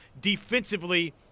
defensively